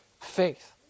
faith